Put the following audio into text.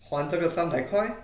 还这个三百块